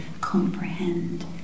comprehend